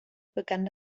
begann